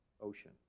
Ocean